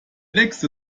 nächste